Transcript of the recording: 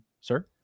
sir